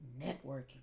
networking